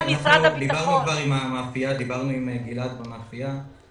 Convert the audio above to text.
דיברנו עם המאפייה, דיברנו עם גלעד מהמאפייה.